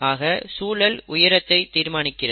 ஆக சூழல் உயரத்தை தீர்மானிக்கிறது